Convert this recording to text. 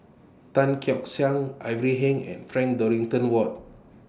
Tan Keong Ivan Heng and Frank Dorrington Ward